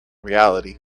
reality